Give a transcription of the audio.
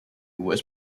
was